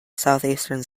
southeastern